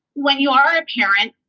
when you are a parent,